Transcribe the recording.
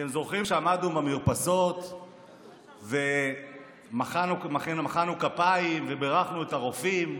אתם זוכרים שעמדנו במרפסות ומחאנו כפיים ובירכנו את הרופאים?